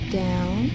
down